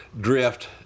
drift